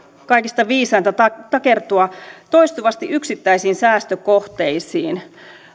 kaikista viisainta takertua toistuvasti yksittäisiin säästökohteisiin